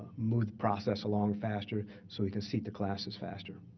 move the process along faster so we can seat the classes faster.